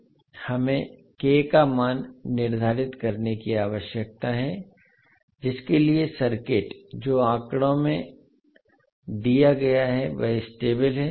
हमें k का मान निर्धारित करने की आवश्यकता है जिसके लिए सर्किट जो आंकड़ा में दिया गया है वह स्टेबल है